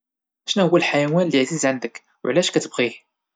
شناهوا الحيوان اللي عزيز عندك وعلاش كتبغيه؟